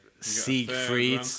Siegfried